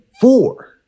four